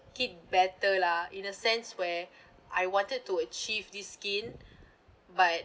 skin better lah in a sense where I wanted to achieve this skin but